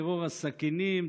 טרור הסכינים,